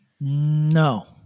No